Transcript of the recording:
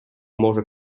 може